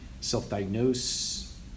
self-diagnose